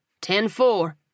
Ten-four